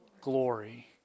glory